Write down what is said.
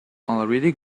already